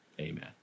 amen